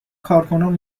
کارکنان